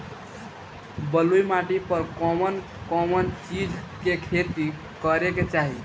बलुई माटी पर कउन कउन चिज के खेती करे के चाही?